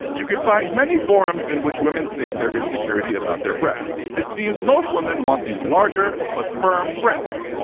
you can find many forums in which women state their insecurity about their breasts. it seems most women want these larger, but firm, breasts.